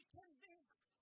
convinced